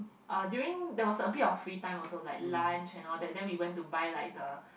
uh during that was a bit of free time also like lunch and all that then we went to buy like the